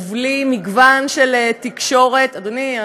ובלי מגוון של תקשורת, אדוני,